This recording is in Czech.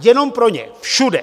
Jenom pro ně, všude.